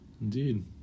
indeed